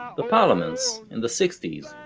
the parliaments, in the sixties,